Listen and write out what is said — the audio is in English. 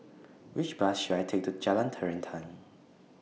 Which Bus should I Take to Jalan Terentang